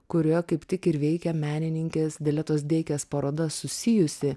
kurioje kaip tik ir veikia menininkės diletos deikės paroda susijusi